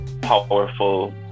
powerful